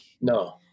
No